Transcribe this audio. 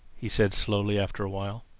he said slowly after a while.